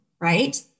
right